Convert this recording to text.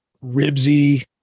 Ribsy